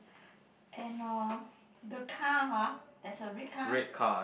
and uh the car ah there's a red car